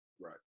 Right